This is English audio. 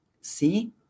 see